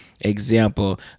example